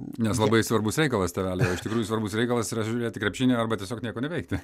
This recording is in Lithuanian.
nes labai svarbus reikalas tėvelio iš tikrųjų svarbus reikalas yra žiūrėti krepšinį arba tiesiog nieko neveikti